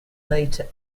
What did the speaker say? later